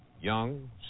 young